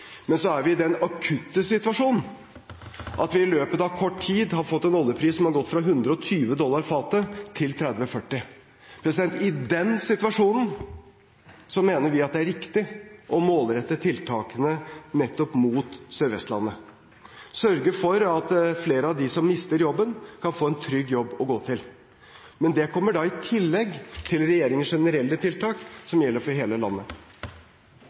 men så er vi i den akutte situasjonen at vi i løpet av kort tid har fått en oljepris som har gått fra 120 dollar fatet til 30–40 dollar fatet. I den situasjonen mener vi at det er riktig å målrette tiltakene nettopp mot Sør-Vestlandet, sørge for at flere av dem som mister jobben, kan få en trygg jobb å gå til, men det kommer da i tillegg til regjeringens generelle tiltak som gjelder for hele landet.